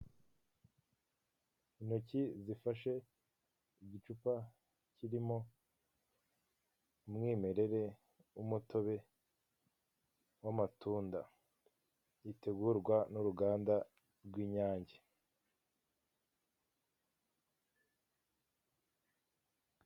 Intoki zifashe igicupa kirimo umwimerere w'umutobe w'amatunda gitegurwa n'uruganda rw'Inyange.